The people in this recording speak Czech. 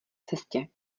cestě